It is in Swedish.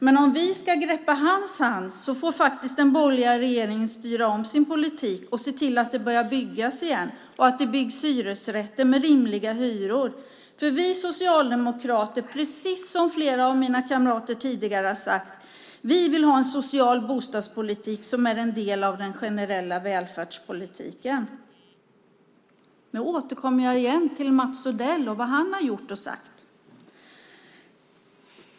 Men om vi ska greppa hans hand får faktiskt den borgerliga regeringen styra om sin politik och se till att det börjar byggas igen och att det byggs hyresrätter med rimliga hyror. För vi socialdemokrater, precis som flera av mina kamrater tidigare har sagt, vill ha en social bostadspolitik som är en del av den generella välfärdspolitiken. Nu återkommer jag igen till vad Mats Odell har gjort och sagt.